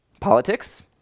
Politics